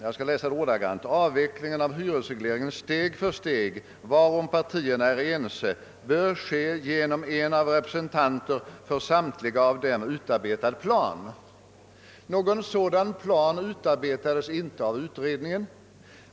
Jag upprepar det ordagrant: »Avvecklingen av hyresregleringen steg för steg, varom partierna är ense, bör ske genom en av representanter för samtliga av dem utarbetad plan.» Någon sådan plan utarbetades inte av utredningen.